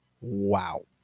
Wow